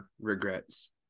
regrets